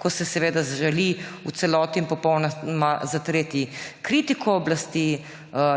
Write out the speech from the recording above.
ko se želi v celoti in popolnoma zatreti kritiko oblasti,